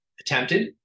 Attempted